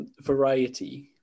variety